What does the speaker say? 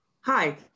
Hi